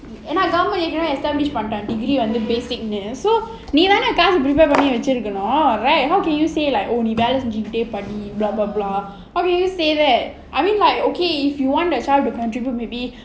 government degree basic so right how can you say like oh how can you say that I mean like okay if you want the child to contribute maybe